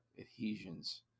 adhesions